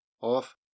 off